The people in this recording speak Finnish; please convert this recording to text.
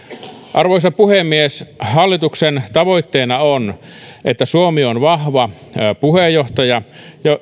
arvoisa puhemies hallituksen tavoitteena on että suomi on vahva puheenjohtaja